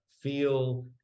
Feel